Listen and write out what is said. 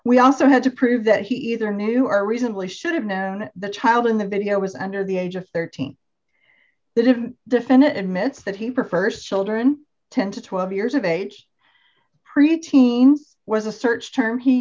we also had to prove that he either knew are reasonably should have known the child in the video was under the age of thirteen they didn't defend it admits that he prefers children ten to twelve years of age preteens was a search term he